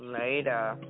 Later